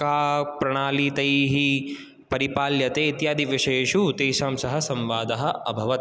का प्रणाली तैः परिपाल्यते इत्यादि विषयेषु तेषां सह संवादः अभवत्